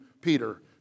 Peter